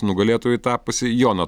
nugalėtoju tapusį joną